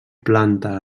planta